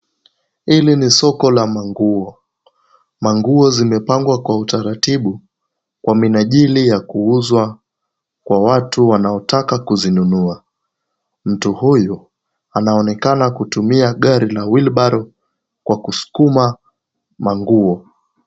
Hili ni soko ya manguo. Manguo zimepangwa kwa utaratibu kwa minajili ya kuuzwa kwa watu wanaotaka kuzinunua. Mtu huyu anaonekana kutumia gari la wheelbarrow kwa kusukuma manguo.